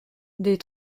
des